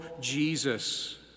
Jesus